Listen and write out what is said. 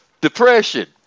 depression